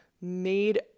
made